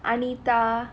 anita